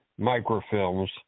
microfilms